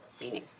meaning